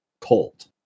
cold